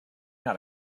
not